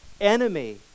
enemy